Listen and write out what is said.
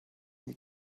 nie